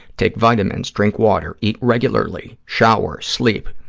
take vitamins, drink water, eat regularly, shower, sleep.